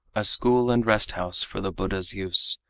a school and rest-house for the buddha's use,